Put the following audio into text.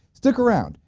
stick around.